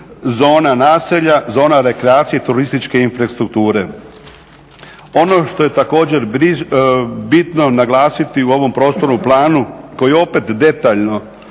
zona naselja, zona rekreacije turističke infrastrukture. Ono što je također bitno naglasiti u ovom prostornom planu koji opet detaljno,